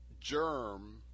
germ